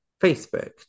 Facebook